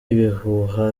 ibihuha